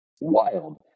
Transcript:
wild